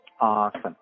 Awesome